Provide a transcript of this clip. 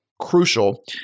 crucial